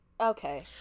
Okay